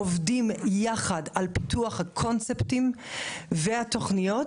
עובדים יחד על פיתוח הקונצפטים והתוכניות